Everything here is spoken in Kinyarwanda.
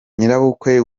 nyirabukwe